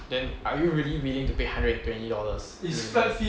then are you really willing to pay hundred and twenty dollars really